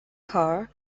car